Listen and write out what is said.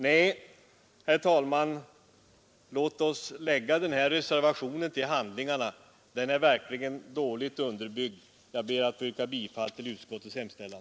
Nej, herr talman, låt oss lägga den här reservationen till handlingarna. Den är verkligen dåligt underbyggd. Jag ber att få yrka bifall till utskottets hemställan.